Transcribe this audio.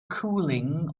cooling